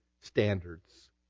standards